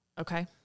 Okay